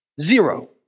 Zero